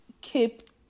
keep